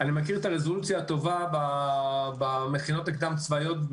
אני מכיר את הרזולוציה הטובה במכינות הקדם-צבאיות,